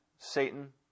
Satan